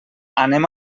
anem